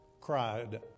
cried